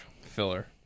Filler